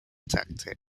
tactic